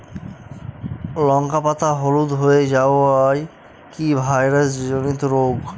লঙ্কা পাতা হলুদ হয়ে যাওয়া কি ভাইরাস জনিত রোগ?